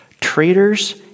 traitors